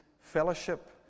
fellowship